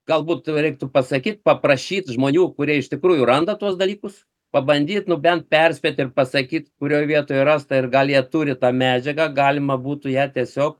galbūt reiktų pasakyt paprašyt žmonių kurie iš tikrųjų randa tuos dalykus pabandyt nu bent perspėt ir pasakyt kurioj vietoj rasta ir gal jie turi tą medžiagą galima būtų ją tiesiog